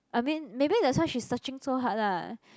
I mean maybe that's why she searching so hard lah